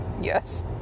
Yes